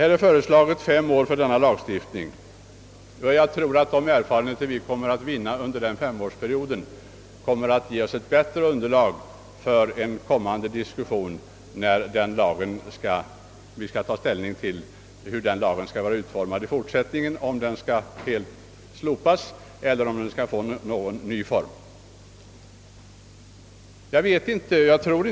Här är nu föreslaget att lagstiftningen skall gälla under fem år, och jag tror att de erfarenheter vi vinner under de fem åren kommer att ge oss ett bättre underlag för våra diskussioner, när vi skall ta ställning till hur lagen i fortsättningen skall vara utformad, om den skall slopas helt eller få en ny form.